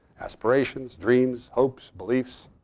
aspirations, dreams, hopes, beliefs.